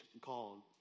called